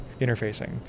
interfacing